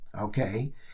Okay